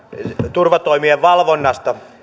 turvatoimien valvontaa